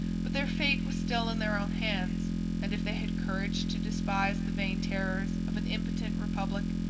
but their fate was still in their own hands and if they had courage to despise the vain terrors of an impotent republic,